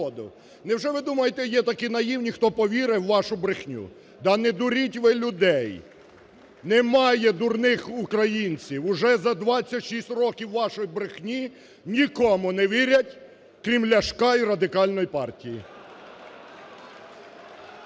Невже ви думаєте, є такі наївні, хто повірив в вашу брехню? Да не дуріть ви людей. Немає дурних українців. Уже за 26 років вашої брехні нікому не вірять, крім Ляшка і Радикальної партії.